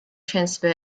transfer